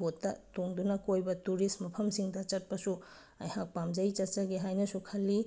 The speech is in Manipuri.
ꯕꯣꯠꯇ ꯇꯣꯡꯗꯨꯅ ꯀꯣꯏꯕ ꯇꯨꯔꯤꯁ ꯃꯐꯝꯁꯤꯡꯗ ꯆꯠꯄꯁꯨ ꯑꯩꯍꯥꯛ ꯄꯥꯝꯖꯩ ꯆꯠꯆꯒꯦ ꯍꯥꯏꯅꯁꯨ ꯈꯜꯂꯤ